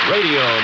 Radio